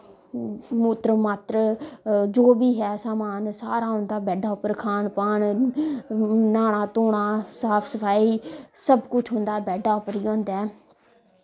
मूत्तर मात्तर जो बी ऐ सामान सारा उं'दा बैड्डै उप्पर खान पान न्हाना धोना साफ सफाई सब कुश उं'दा बैड्डै उप्पर ई होंदा ऐ